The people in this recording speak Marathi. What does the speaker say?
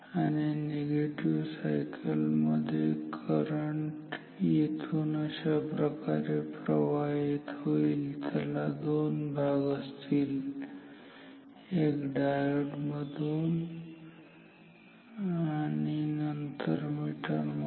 आणि निगेटिव्ह सायकल मध्ये करंट येथून अशाप्रकारे प्रवाहित होईल त्याला दोन भाग असतील एक डायोड मधून आणि नंतर मीटर मधून